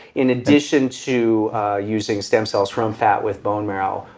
in addition to using stem cells from fat with bone marrow,